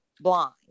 blind